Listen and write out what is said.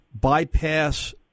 bypass